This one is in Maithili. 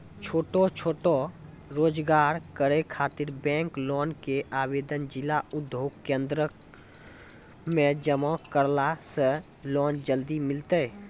छोटो छोटो रोजगार करै ख़ातिर बैंक लोन के आवेदन जिला उद्योग केन्द्रऽक मे जमा करला से लोन जल्दी मिलतै?